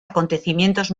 acontecimientos